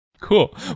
cool